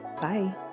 Bye